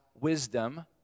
wisdom